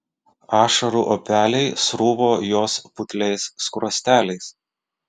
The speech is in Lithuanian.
ašarų upeliai sruvo jos putliais skruosteliais